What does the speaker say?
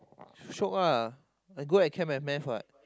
shiok ah I good at chem and math what